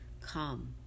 Come